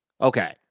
Okay